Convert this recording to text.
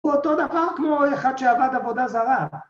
‫אותו דבר כמו אחד שעבד עבודה זרה.